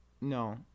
No